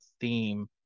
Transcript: theme